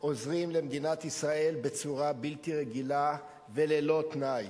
עוזרים למדינת ישראל בצורה בלתי רגילה, וללא תנאי.